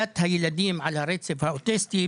יתרה